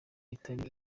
itari